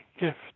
gift